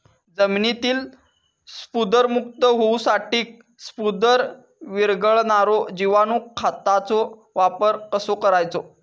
जमिनीतील स्फुदरमुक्त होऊसाठीक स्फुदर वीरघळनारो जिवाणू खताचो वापर कसो करायचो?